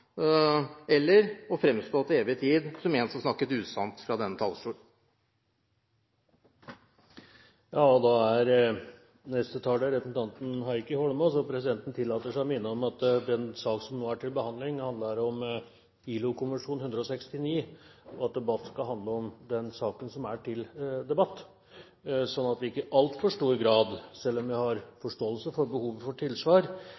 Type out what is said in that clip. eller å fremstå til evig tid som en som snakket usant fra denne talerstolen. Presidenten tillater seg å minne om at den sak som nå er til behandling, handler om ILO-konvensjon nr. 169, og at debatten skal handle om den saken som er til debatt, sånn at vi ikke i altfor stor grad konsentrerer oss om nåværende eller tidligere finansiering av politiske partier, selv om jeg har forståelse for behovet for tilsvar.